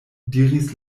diris